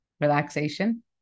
relaxation